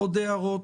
עוד הערות?